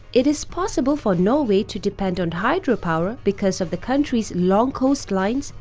it is possible for norway to depend on hydropower because of the country's long coastlines,